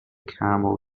camel